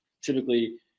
typically